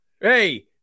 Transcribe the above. Hey